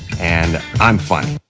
and i'm funny.